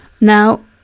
Now